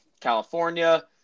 California